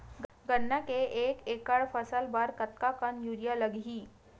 गन्ना के एक एकड़ फसल बर कतका कन यूरिया लगही?